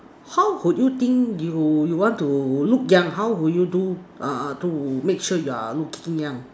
how would you think you you want to look young how would you do uh to make sure you're looking young